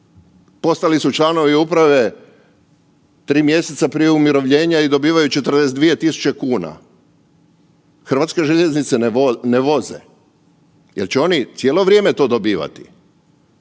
postali su članovi uprave 3 mjeseca prije umirovljenja i dobivaju 42.000 kuna. Hrvatske željeznice ne voze, jel će oni cijelo vrijeme to dobivati?